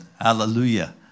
hallelujah